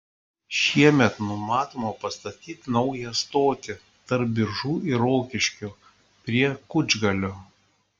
šiemet numatoma pastatyti naują stotį tarp biržų ir rokiškio prie kučgalio